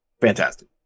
Fantastic